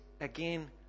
again